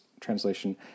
translation